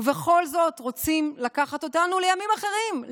ובכל זאת רוצים לקחת אותנו לימים אחרים.